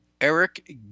Eric